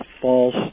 false